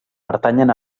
pertanyen